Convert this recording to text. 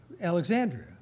Alexandria